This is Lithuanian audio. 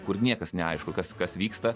kur niekas neaišku kas kas vyksta